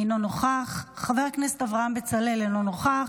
אינו נוכח, חבר הכנסת אברהם בצלאל, אינו נוכח,